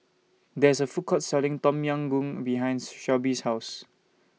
There IS A Food Court Selling Tom Yam Goong behind Shelbi's House